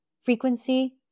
frequency